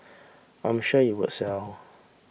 I'm sure it will sell